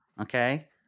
Okay